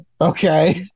Okay